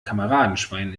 kameradenschwein